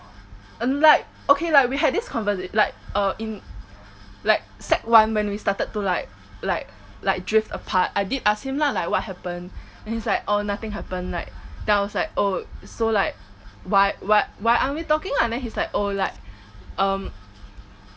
and like okay lah we had this convers~ like uh in like sec one when we started to like like like drift apart I did ask him lah like what happened and he's like oh nothing happen like then I was like oh so like why why aren't we talking lah and then he's like oh like um